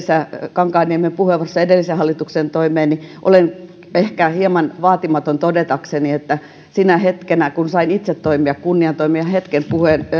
kankaanniemen puheenvuorossa edellisen hallituksen toimeen että olen ehkä hieman vaatimaton todetakseni että sinä hetkenä kun sain itse kunnian toimia hetken